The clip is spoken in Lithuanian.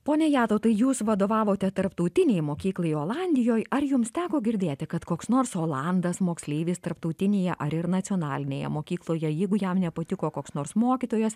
pone jatautai jūs vadovavote tarptautinei mokyklai olandijoj ar jums teko girdėti kad koks nors olandas moksleivis tarptautinėje ar ir nacionalinėje mokykloje jeigu jam nepatiko koks nors mokytojas